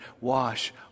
wash